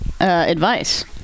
advice